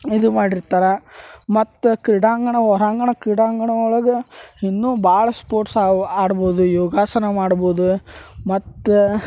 ಇದು ಮಾಡಿರ್ತಾರೆ ಮತ್ತು ಕ್ರೀಡಾಂಗಣ ಹೊರಾಂಗಣ ಕ್ರೀಡಾಂಗಣ ಒಳಗೆ ಇನ್ನು ಭಾಳ ಸ್ಪೋರ್ಟ್ಸ್ ಅವ ಆಡ್ಬೋದು ಯೋಗಾಸನ ಮಾಡ್ಬೋದು ಮತ್ತು